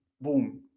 boom